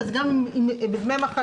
ארבעה ימים.